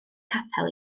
capel